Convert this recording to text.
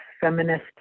feminist